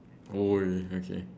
!oi! okay